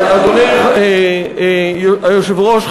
אדוני היושב-ראש,